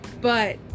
but-